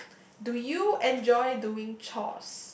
do you enjoy doing chores